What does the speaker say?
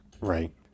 Right